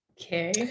Okay